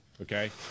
okay